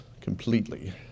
completely